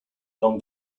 along